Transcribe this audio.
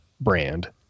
brand